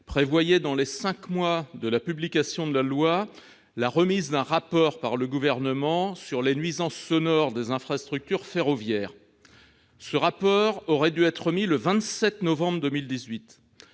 prévoyait, dans les cinq mois de la publication de la loi, la remise d'un rapport par le Gouvernement sur les nuisances sonores des infrastructures ferroviaires. Ce rapport aurait dû être remis le 27 novembre 2018.